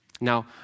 Now